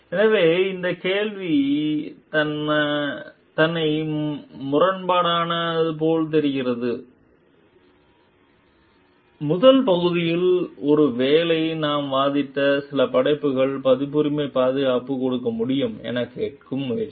எனவே இந்த கேள்வி தன்னை முரண்பாடான போல் தெரிகிறது பொருள் முதல் பகுதியில் ஒருவேளை நாம் வாதிட்டு சில படைப்புகள் பதிப்புரிமை பாதுகாப்பு கொடுக்க முடியும் என கேட்கும் முயற்சி